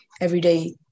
everyday